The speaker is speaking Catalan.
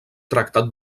tractat